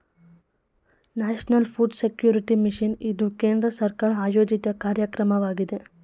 national food security mission ಇದು ಕೇಂದ್ರ ಸರ್ಕಾರ ಆಯೋಜಿತ ಕಾರ್ಯಕ್ರಮವಾಗಿದೆ